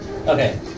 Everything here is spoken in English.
Okay